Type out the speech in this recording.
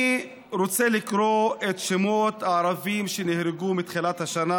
אני רוצה לקרוא את שמות הערבים שנהרגו מתחילת השנה,